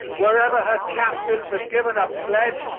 wherever her captains have given a pledge,